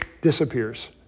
disappears